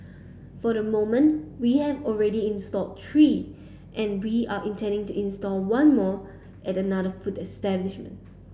for the moment we have already installed three and we are intending to install one more at another food establishment